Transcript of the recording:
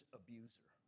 abuser